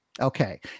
okay